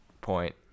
point